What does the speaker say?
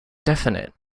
definite